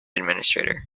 administrator